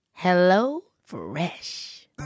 HelloFresh